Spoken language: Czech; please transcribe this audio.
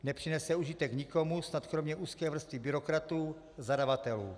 Nepřinese užitek nikomu, snad kromě úzké vrstvy byrokratů zadavatelů.